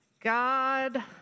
God